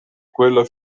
quello